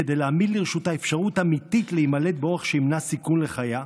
כדי להעמיד לרשותה אפשרות אמיתית להימלט באורח שימנע סיכון לחייה,